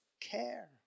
care